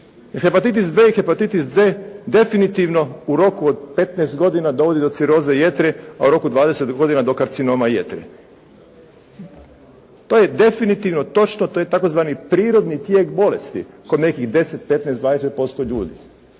Hepatitis B i hepatitis C definitivno u roku od 15 godina dovodi do ciroze jetre, a u roku od 20 godina do karcinoma jetre. To je definitivno točno. To je tzv. prirodni tijek bolesti kod nekih 10, 15, 20% ljudi.